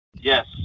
Yes